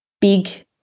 big